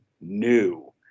new